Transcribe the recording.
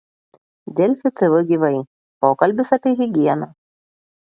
delfi tv gyvai pokalbis apie higieną